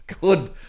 good